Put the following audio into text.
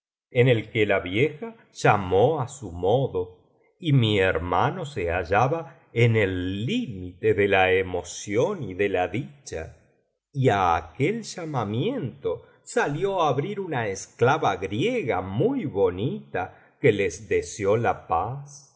en el que la vieja llamó á su modo y mi hermano se hallaba en el límite de la emoción y de la dicha y á aquel llamamiento salió á abrir una esclava griega muy bonita que les deseó la paz